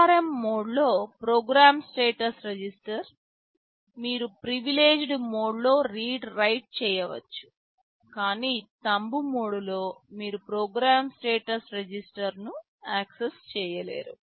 ARM మోడ్లో program status register మీరు privileged మోడ్లో రీడ్ రైట్ చేయవచ్చు కానీ థంబ్ మోడ్లో మీరు ప్రోగ్రామ్ స్టేటస్ రిజిస్టర్ను యాక్సెస్ చేయలేరు